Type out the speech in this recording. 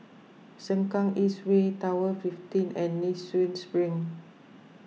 Sengkang East Way Tower fifteen and Nee Soon Spring